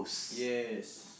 yes